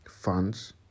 funds